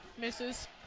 Misses